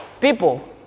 People